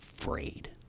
afraid